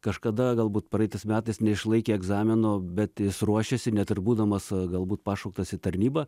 kažkada galbūt praeitais metais neišlaikė egzamino bet jis ruošiasi net ir būdamas galbūt pašauktas į tarnybą